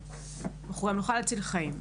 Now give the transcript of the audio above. נוכל להציל חיים.